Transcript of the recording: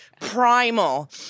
primal